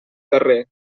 carrer